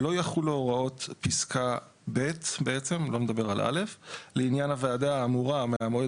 לא יחולו הוראות פסקה (ב) לעניין הוועדה האמורה מהמועד